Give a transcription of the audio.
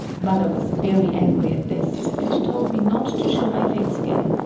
mother was very angry at this and told me not to show my face again,